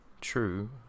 true